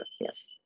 Yes